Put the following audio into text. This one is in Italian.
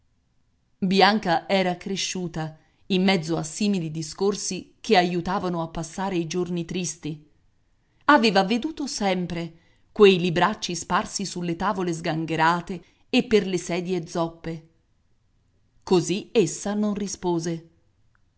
bianca era cresciuta in mezzo a simili discorsi che aiutavano a passare i giorni tristi aveva veduto sempre quei libracci sparsi sulle tavole sgangherate e per le sedie zoppe così essa non rispose